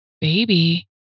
baby